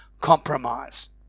compromise